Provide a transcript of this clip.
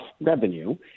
revenue